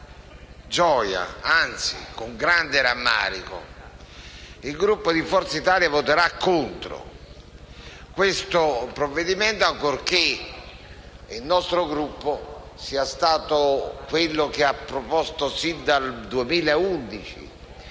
gioia, anzi, con grande rammarico il Gruppo di Forza Italia voterà contro questo provvedimento, ancorché il nostro Gruppo sia stato quello che sin dal 2011